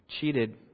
cheated